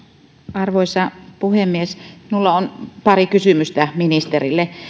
arvoisa puhemies minulla on pari kysymystä ministerille